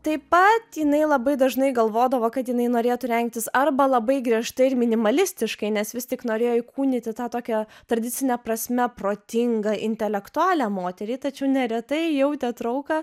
taip pat jinai labai dažnai galvodavo kad jinai norėtų rengtis arba labai griežtai ir minimalistiškai nes vis tik norėjo įkūnyti tą tokią tradicine prasme protingą intelektualią moterį tačiau neretai jautė trauką